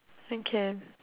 okay